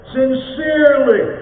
sincerely